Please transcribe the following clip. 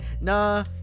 nah